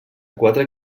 quatre